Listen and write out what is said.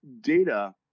Data